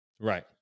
Right